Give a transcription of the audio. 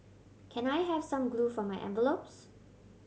can I have some glue for my envelopes